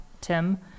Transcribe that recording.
Tim